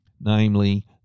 namely